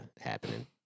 happening